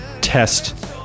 test